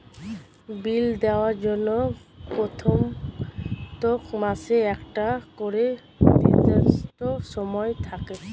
বিল দেওয়ার জন্য প্রত্যেক মাসে একটা করে নির্দিষ্ট সময় থাকে